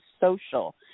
social